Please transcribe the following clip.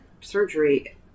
surgery